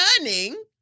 learning